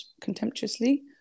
contemptuously